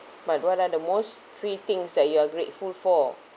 but what are the most free things that you are grateful for